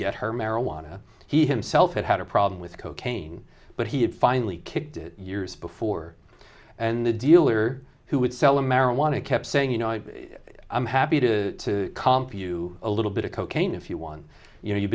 get her marijuana he himself had had a problem with cocaine but he had finally kicked it years before and the dealer who would sell a marijuana kept saying you know i'm happy to comp you a little bit of cocaine if you won you know you've